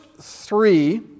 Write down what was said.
three